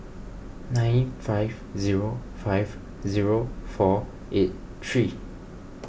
nine five zero five zero four eight three